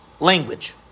Language